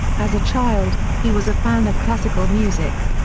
as a child, he was a fan of classical music.